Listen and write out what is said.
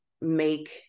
make